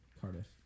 Cardiff